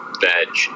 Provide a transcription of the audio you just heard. veg